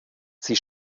sie